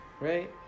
right